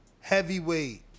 heavyweight